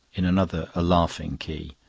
in another, a laughing key.